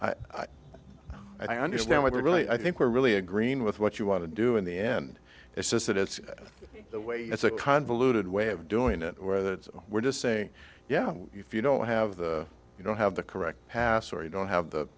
so i understand what we're really i think we're really a green with what you want to do in the end it's just that it's the way it's a convoluted way of doing it where they were just saying yeah if you don't have the you don't have the correct pass or you don't have the